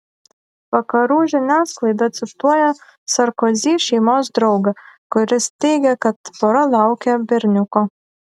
vakarų žiniasklaida cituoja sarkozy šeimos draugą kuris teigia kad pora laukia berniuko